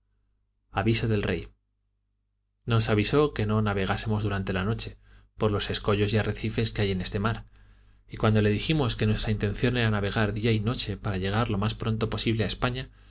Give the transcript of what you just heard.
del rey nos advirtió que no navegásemos durante la noche por los escollos y arrecifes que hay en este mar y cuando le dijimos que nuestra intención era navegar día y noche para llegar lo más pronto posible a